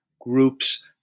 groups